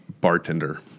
bartender